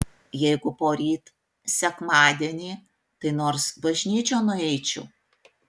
jeigu poryt sekmadienį tai nors bažnyčion nueičiau